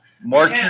Mark